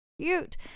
cute